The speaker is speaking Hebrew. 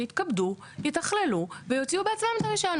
שיתכבדו, יתכללו ויוציאו בעצמם את הרישיון.